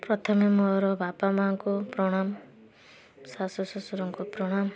ପ୍ରଥମେ ମୋର ବାପା ମାଆଙ୍କୁ ପ୍ରଣାମ ଶାଶୁ ଶ୍ୱଶୁରଙ୍କୁ ପ୍ରଣାମ